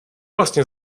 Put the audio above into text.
vlastně